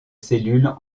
cellules